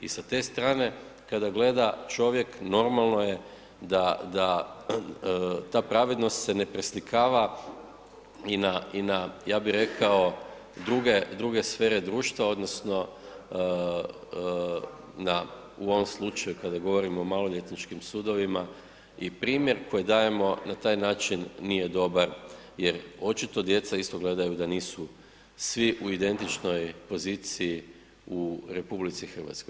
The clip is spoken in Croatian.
I sa te strane kada gleda čovjek normalno je da ta pravednost se ne preslikava i na ja bih rekao druge sfere društva odnosno u ovom slučaju kada govorimo o maloljetničkim sudovima i primjer koji dajemo na taj način nije dobar jer očito i djeca isto gledaju da nisu svi u identičnoj poziciji u RH.